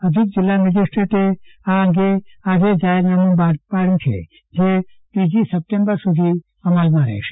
અધિક જીલ્લા મેજીસ્ટ્રેટે આ અંગે એક જાહેરનામું બહાર પાડ્યુ છે જે ત્રીજી સપ્ટેમ્બર સુધી અમલમાં રહેશે